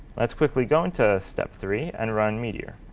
let's quickly go into step three and run meteor.